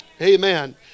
Amen